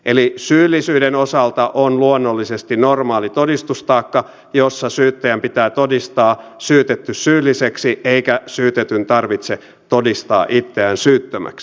eli syyllisyyden osalta on luonnollisesti normaali todistustaakka jossa syyttäjän pitää todistaa syytetty syylliseksi eikä syytetyn tarvitse todistaa itseään syyttömäksi